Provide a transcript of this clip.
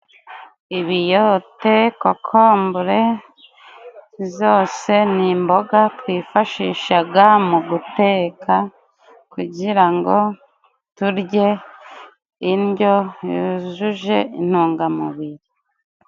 Ibiyote, kokombre zose ni imboga twifashishaga mu guteka kugira ngo turye indyo yujuje intungamubiri.